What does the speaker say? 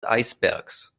eisbergs